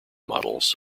models